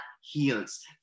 Heals